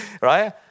Right